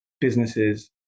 businesses